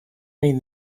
mean